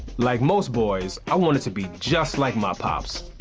like most boys i wanted to be just like my pops.